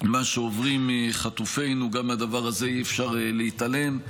לא רק על היוזמה אלא גם על הנחישות לקדם אותה ולהביא אותה לקו הגמר.